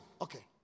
okay